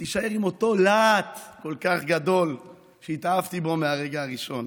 שתישאר עם אותו להט כל כך גדול שהתאהבתי בו מהרגע הראשון.